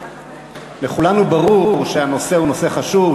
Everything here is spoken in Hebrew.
לכולנו ברור שהנושא הוא נושא חשוב,